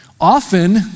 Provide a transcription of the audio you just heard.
Often